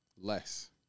less